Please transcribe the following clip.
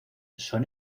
son